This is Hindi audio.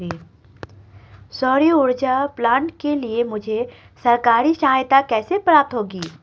सौर ऊर्जा प्लांट के लिए मुझे सरकारी सहायता कैसे प्राप्त होगी?